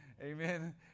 Amen